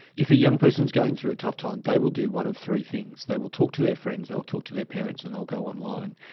if a young person is going through a tough time they will do one of three things. they will talk to their friends, they will talk to their parents, and they will go online.